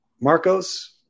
Marcos